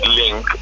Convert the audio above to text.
link